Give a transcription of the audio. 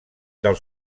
del